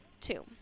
Two